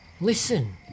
Listen